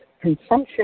consumption